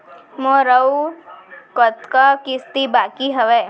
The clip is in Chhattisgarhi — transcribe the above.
मोर अऊ कतका किसती बाकी हवय?